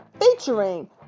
featuring